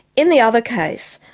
in the other case,